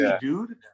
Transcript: dude